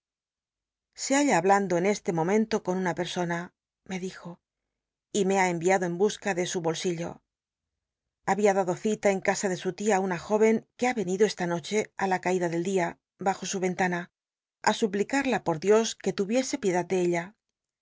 se hal la hablando en este momento con una perso na me dijo y me ha enviado en busca de su bobillo había dado cita en casa de su tia i una joven que ha enido esta noche ti la caida del dia bajo su ventana á suplicaría por dios que tu icse piedad de ella